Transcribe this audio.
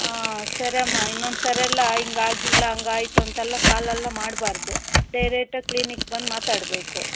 ಹಾಂ ಸರೆಮ್ಮ ಇನ್ನೊಂದು ಸರೆಲ್ಲ ಹಿಂಗಾಗಿಲ್ಲ ಹಂಗಾಯ್ತು ಅಂತೆಲ್ಲ ಕಾಲೆಲ್ಲ ಮಾಡಬಾರ್ದು ಡೈರೆಕ್ಟಾಗಿ ಕ್ಲಿನಿಕ್ ಬಂದು ಮಾತಾಡಬೇಕು